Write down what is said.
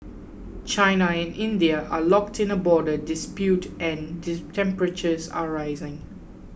China and India are locked in a border dispute and temperatures are rising